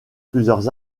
plusieurs